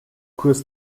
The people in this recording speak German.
kurs